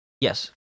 Yes